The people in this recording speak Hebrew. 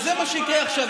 אז זה מה שיקרה עכשיו.